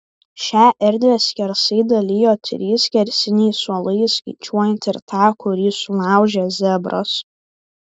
šią erdvę skersai dalijo trys skersiniai suolai įskaičiuojant ir tą kurį sulaužė zebras